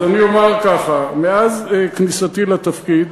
אז אני אומר ככה: מאז כניסתי לתפקיד